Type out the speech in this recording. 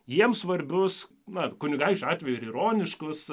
jiems svarbius na kunigaikščio atveju ir ironiškus